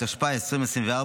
התשפ"ה 2024,